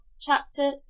chapter